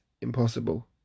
impossible